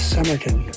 Summerton